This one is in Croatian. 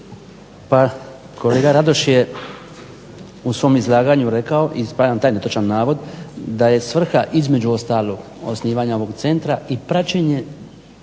Pa kolega Radoš je u svom izlaganju rekao i ispravljam taj netočan navod, da je svrha između ostalog osnivanje ovog centra i praćenje